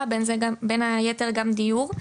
ובין היתר אני מתעסקת גם בכל נושא הדיור.